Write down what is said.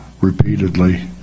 repeatedly